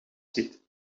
ziet